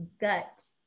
gut